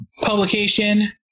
Publication